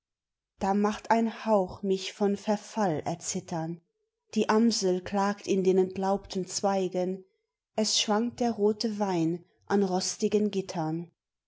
da macht ein hauch mich von verfall erzittern die amsel klagt in den entlaubten zweigen es schwankt der rote wein an rostigen gittern